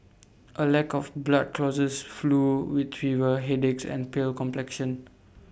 A lack of blood causes flu with fever headaches and pale complexion